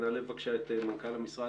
המנכ"ל מתחלף?